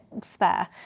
spare